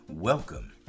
Welcome